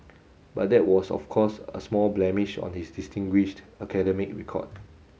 but that was of course a small blemish on his distinguished academic record